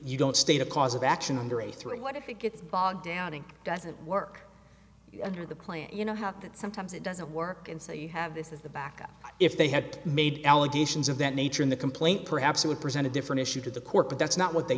you don't state a cause of action under a three what if it gets bogged down and doesn't work under the plan you know how can sometimes it doesn't work and so you have this is the backup if they had made allegations of that nature in the complaint perhaps they would present a different issue to the court but that's not what they